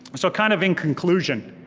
and so kind of in conclusion,